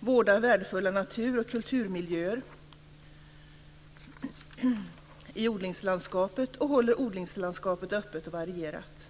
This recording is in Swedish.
vårdar värdefulla natur och kulturmiljöer i odlingslandskapet och håller odlingslandskapet öppet och varierat.